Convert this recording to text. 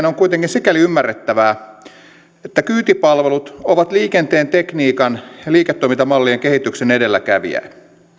on kuitenkin sikäli ymmärrettävää että kyytipalvelut ovat liikenteen tekniikan ja liiketoimintamallien kehityksen edelläkävijöitä